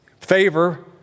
Favor